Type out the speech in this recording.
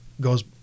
goes